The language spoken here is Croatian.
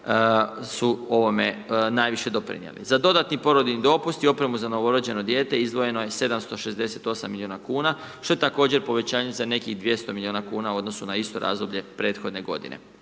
su ovome najviše doprinijeli. Za dodatni porodiljni dopust i opremu za novorođeno dijete izdvojeno je 768 milijuna kuna što je također povećanje za nekih 200 milijuna kuna u odnosu na isto razdoblje prethodne godine